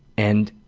and